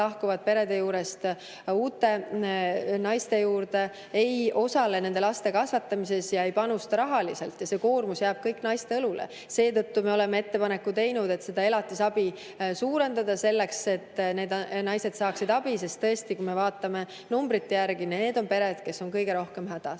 lahkuvad perede juurest uute naiste juurde – ei osale laste kasvatamises ja ei panusta rahaliselt. Koormus jääb kõik naiste õlule. Me oleme teinud ettepaneku elatisabi suurendada, et need naised saaksid abi. Sest tõesti, kui me vaatame numbrite järgi, need on pered, kes on kõige rohkem hädas.